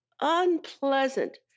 unpleasant